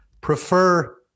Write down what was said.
prefer